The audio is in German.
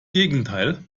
gegenteil